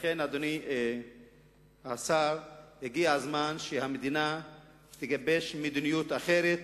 אדוני השר, הגיע הזמן שהמדינה תגבש מדיניות אחרת,